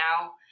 now